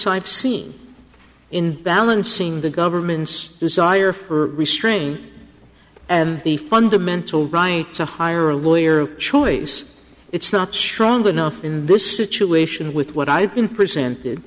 side seen in balancing the government's desire for restraint and the fundamental right to hire a lawyer choice it's not srong enough in this situation with what i've been presented